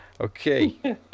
Okay